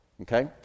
Okay